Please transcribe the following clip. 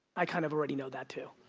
i kind of already know that too,